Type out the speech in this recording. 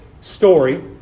story